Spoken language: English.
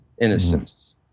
innocence